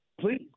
Please